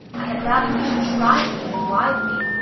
i had rather he should shrive me than wive me.